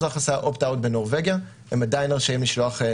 הם עדיין רשאים לשלוח הודעות.